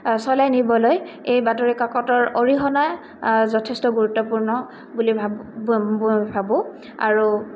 চলাই নিবলৈ এই বাতৰিকাকতৰ অৰিহণা যথেষ্ট গুৰুত্বপূৰ্ণ বুলি ভাব ভাবোঁ আৰু